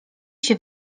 się